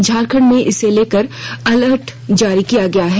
झारखंड में इसे लेकर अलर्ट जारी किया गया है